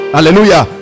Hallelujah